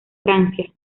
francia